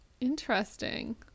interesting